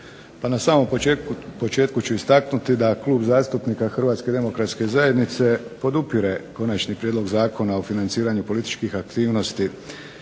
Pa na samom početku ću istaknuti da Klub zastupnika Hrvatske demokratske zajednice podupire Konačni prijedlog zakona o financiranju političkih aktivnosti